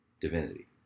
divinity